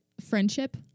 friendship